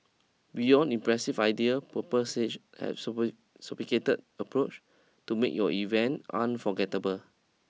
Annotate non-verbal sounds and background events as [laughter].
beyond impressive ideas Purple Sage has [unintelligible] approache to make your events unforgettable